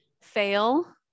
fail